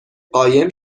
قایم